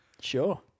Sure